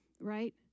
right